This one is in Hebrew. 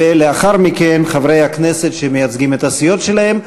ולאחר מכן, חברי הכנסת שמייצגים את הסיעות שלהם.